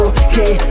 okay